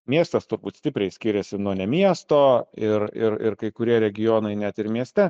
miestas turbūt stipriai skiriasi nuo ne miesto ir ir ir kai kurie regionai net ir mieste